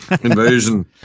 Invasion